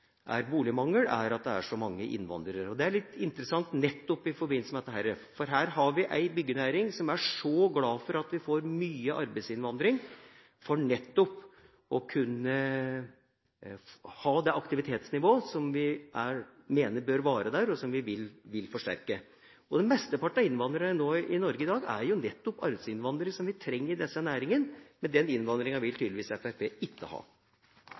er boligmangel, er at det er så mange innvandrere. Det er litt interessant nettopp i forbindelse med dette, for her har vi en byggenæring som er så glad for at vi har mye arbeidsinnvandring for nettopp å kunne ha det aktivitetsnivået som vi mener bør være der, og som vi vil forsterke. Mesteparten av innvandrerne i Norge i dag er nettopp arbeidsinnvandrere som vi trenger i denne næringa. Men den innvandringa vil Fremskrittspartiet tydeligvis ikke ha.